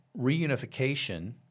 reunification